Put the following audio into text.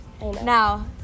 now